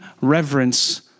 reverence